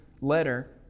letter